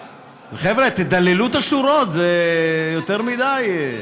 חבר'ה, תדללו את השורות, זה יותר מדי.